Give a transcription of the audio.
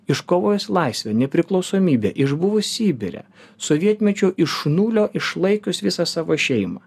iškovojus laisvę nepriklausomybę išbuvo sibire sovietmečiu iš nulio išlaikius visą savo šeimą